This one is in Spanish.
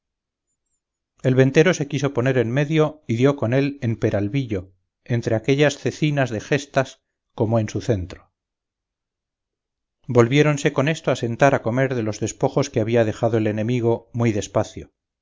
el ventero se quiso poner en medio y dió con él en peralvillo entre aquellas cecinas de gestas como en su centro volviéronse con esto a sentar a comer de los despojos que había dejado el enemigo muy de espacio